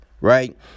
Right